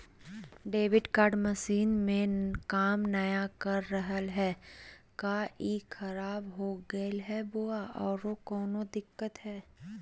Debit card machine में काम नाय कर रहले है, का ई खराब हो गेलै है बोया औरों कोनो दिक्कत है?